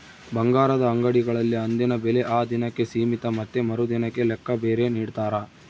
ಬಂಗಾರದ ಅಂಗಡಿಗಳಲ್ಲಿ ಅಂದಿನ ಬೆಲೆ ಆ ದಿನಕ್ಕೆ ಸೀಮಿತ ಮತ್ತೆ ಮರುದಿನದ ಲೆಕ್ಕ ಬೇರೆ ನಿಡ್ತಾರ